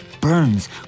Burns